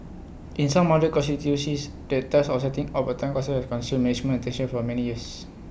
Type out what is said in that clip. in some other constituencies the task of setting up A Town Council consumed management attention for many years